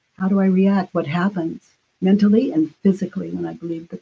how do i react? what happens mentally and physically when i believe the